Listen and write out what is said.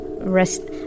Rest